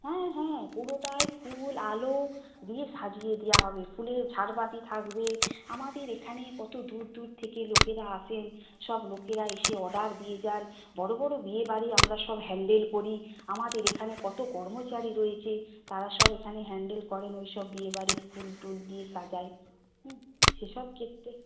হ্যাঁ হ্যাঁ পুরোটাই ফুল আলো দিয়ে সাজিয়ে দেওয়া হবে ফুলের ঝাড়বাতি থাকবে আমাদের এখানে কত দূর দূর থেকে লোকেরা আসে সব লোকেরা এসে অর্ডার দিয়ে যায় বড় বড় বিয়েবাড়ি আমরা সব হ্যান্ডল করি আমাদের এখানে কত কর্মচারী রয়েছে তারা সব এখানে হ্যান্ডল করেন ওই সব বিয়েবাড়ির ফুল টুল দিয়ে সাজায় সেসব ক্ষেত্রে